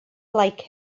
like